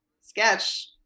sketch